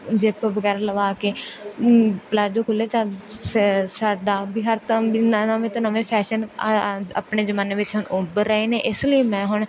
zip ਵਗੈਰਾ ਲਗਵਾ ਕੇ ਪਲਾਜੋ ਖੁੱਲ੍ਹੇ ਹਰ ਤ ਵੀ ਨਵੇਂ ਤੋਂ ਨਵੇਂ ਫੈਸ਼ਨ ਆਪਣੇ ਜ਼ਮਾਨੇ ਵਿੱਚ ਹੁਣ ਉੱਭਰ ਰਹੇ ਨੇ ਇਸ ਲਈ ਮੈਂ ਹੁਣ